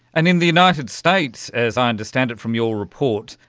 and in the united states, as i understand it from your report,